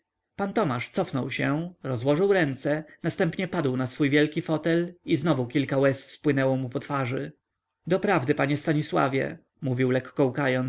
tomasz cofnął się rozłożył ręce następnie padł na swój wielki fotel i znowu kilka łez spłynęło mu po twarzy doprawdy panie stanisławie mówił lekko